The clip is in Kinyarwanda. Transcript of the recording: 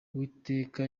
uwiteka